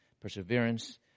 perseverance